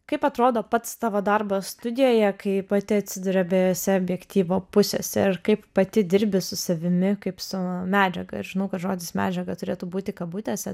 kaip atrodo pats tavo darbas studijoje kai pati atsiduri abiejose objektyvo pusėse ir kaip pati dirbi su savimi kaip su medžiaga ir žinau kad žodis medžiaga turėtų būti kabutėse